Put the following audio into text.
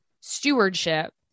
stewardship